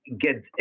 get